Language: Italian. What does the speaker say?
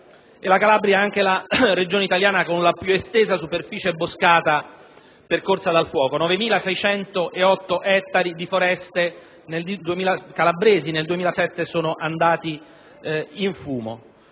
Calabria che è anche la regione italiana con la più estesa superficie boscata percorsa dal fuoco: 9.608 ettari di foreste calabresi sono andati in fumo